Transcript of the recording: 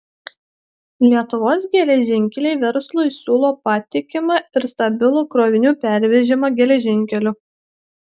lietuvos geležinkeliai verslui siūlo patikimą ir stabilų krovinių pervežimą geležinkeliu